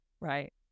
Right